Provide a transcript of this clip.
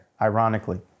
ironically